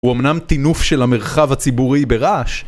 הוא אמנם טינוף של המרחב הציבורי ברעש